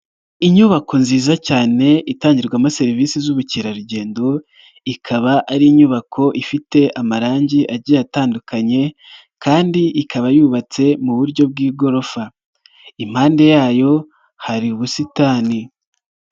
Inyubako nziza cyane itangirwamo serivisi z'ubukerarugendo, ikaba ari inyubako ifite amarangi agiye atandukanye kandi ikaba yubatse mu buryo bw'igorofa, impande yayo hari ubusitani.